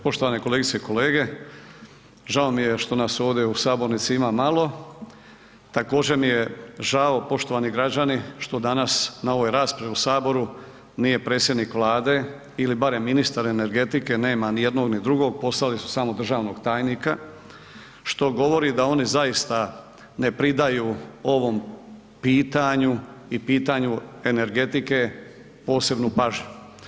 Poštovane kolegice i kolege, žao mi je što nas ovdje u sabornici ima malo, također mi je žao poštovani građani što danas na ovoj raspravi u saboru nije predsjednik Vlade ili barem ministar energetike, nema ni jednog, ni drugog, poslali su samo državnog tajnika, što govori da oni zaista ne pridaju ovom pitanju i pitanju energetike posebnu pažnju.